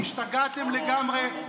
השתגעתם לגמרי.